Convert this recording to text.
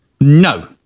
No